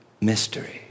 Mystery